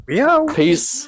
Peace